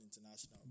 international